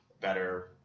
better